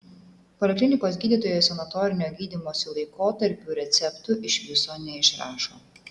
poliklinikos gydytojai sanatorinio gydymosi laikotarpiui receptų iš viso neišrašo